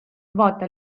vaata